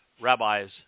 rabbis